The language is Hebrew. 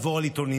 לעבור על עיתונים,